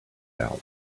out